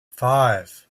five